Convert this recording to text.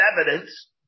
evidence